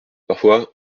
parfois